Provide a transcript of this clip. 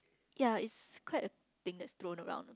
ya it's quite a thing that's thrown around